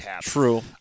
True